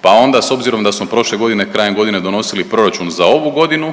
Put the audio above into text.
pa onda, s obzirom da smo prošle godine krajem godine donosili proračun za ovu godinu,